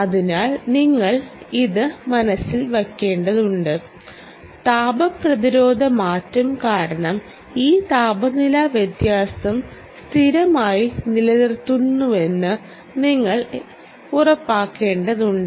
അതിനാൽ നിങ്ങൾ ഇത് മനസിൽ വയ്ക്കേണ്ടതുണ്ട് താപ പ്രതിരോധ മാറ്റം കാരണം ഈ താപനില വ്യത്യാസം സുസ്ഥിരമായി നിലനിർത്തുന്നുവെന്ന് നിങ്ങൾ ഉറപ്പാക്കേണ്ടതുണ്ട്